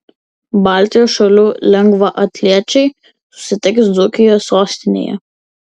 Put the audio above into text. baltijos šalių lengvaatlečiai susitiks dzūkijos sostinėje